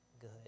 good